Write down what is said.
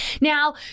Now